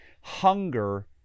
hunger